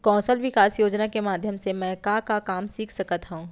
कौशल विकास योजना के माधयम से मैं का का काम सीख सकत हव?